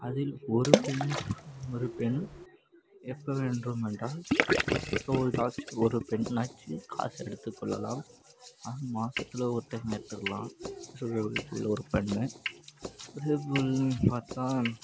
அதில் ஒரு பெண் ஒரு பெண் எப்போ வேண்டும் என்றால் எப்போதாச்சு ஒரு பெண்ணாச்சு காசு எடுத்துக் கொள்ளலாம் மாதத்துல ஒரு டைம் எடுத்துக்கலாம் சுய உதவிக் குழுவில் ஒரு பெண் அதேபோல் பார்த்தா